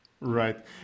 Right